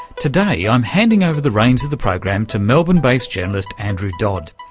today i'm handing over the reins of the program to melbourne-based journalist andrew dodd,